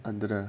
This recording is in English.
under the